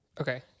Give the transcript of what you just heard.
Okay